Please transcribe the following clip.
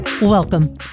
Welcome